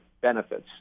benefits